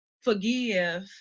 forgive